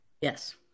yes